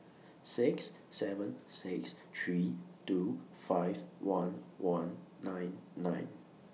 six seven six three two five one one nine nine